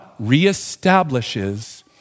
reestablishes